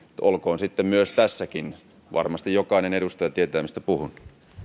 olkoon sitten tässäkin varmasti jokainen edustaja tietää mistä puhun